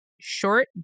short